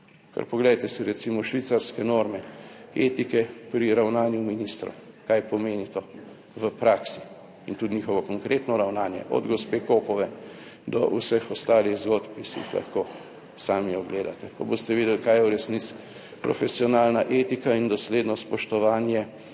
Kar poglejte si recimo švicarske norme etike pri ravnanju ministrov, kaj pomeni to v praksi in tudi njihovo konkretno ravnanje, od gospe Kopove do vseh ostalih zgodb, ki si jih lahko sami ogledate, pa boste videli kaj je v resnici profesionalna etika in dosledno spoštovanje